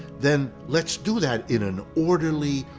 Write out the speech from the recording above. then let's do that in an orderly,